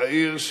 אעיר,